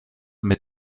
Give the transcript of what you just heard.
mit